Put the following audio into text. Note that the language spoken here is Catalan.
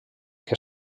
que